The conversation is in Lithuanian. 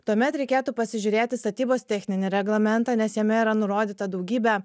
tuomet reikėtų pasižiūrėti statybos techninį reglamentą nes jame yra nurodyta daugybė